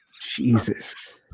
Jesus